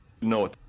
No